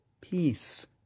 peace